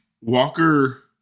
walker